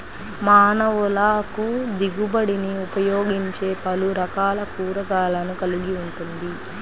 మానవులకుదిగుబడినిఉపయోగించేపలురకాల కూరగాయలను కలిగి ఉంటుంది